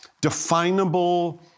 definable